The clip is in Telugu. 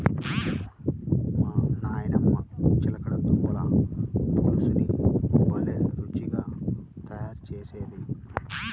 మా నాయనమ్మ చిలకడ దుంపల పులుసుని భలే రుచిగా తయారు చేసేది